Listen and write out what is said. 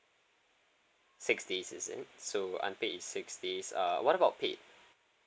six days is it so unpaid is six days uh what about paid